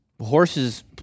Horses